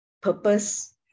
purpose